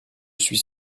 suis